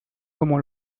como